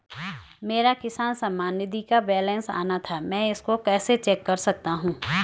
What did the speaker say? मेरा किसान सम्मान निधि का बैलेंस आना था मैं इसको कैसे चेक कर सकता हूँ?